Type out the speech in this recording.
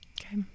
Okay